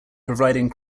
providing